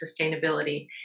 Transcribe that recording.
sustainability